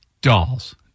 Dolls